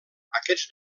aquests